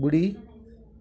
ॿुड़ी